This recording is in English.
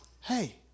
hey